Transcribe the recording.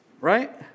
right